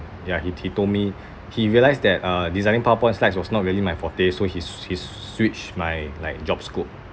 ya he t~ told me he realised that uh designing powerpoint slides was not really my forte so his he s~ switch my like job scope